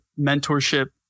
mentorship